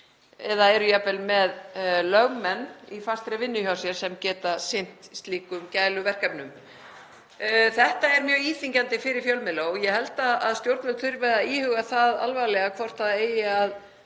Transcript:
eða eru jafnvel með lögmenn í vinnu hjá sér sem geta sinnt slíkum gæluverkefnum. Þetta er mjög íþyngjandi fyrir fjölmiðla og ég held að stjórnvöld þurfi að íhuga það alvarlega hvort tryggja